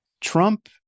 trump